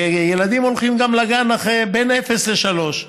ילדים הולכים לגן גם בין אפס לשלוש,